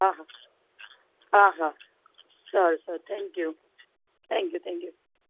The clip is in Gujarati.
હા હા હા હા સારું સારું થેંક્યુ થેંક્યુ થેંક્યુ